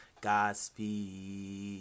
Godspeed